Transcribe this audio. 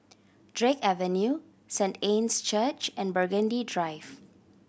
Drake Avenue Saint Anne's Church and Burgundy Drive